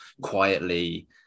quietly